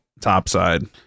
topside